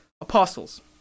apostles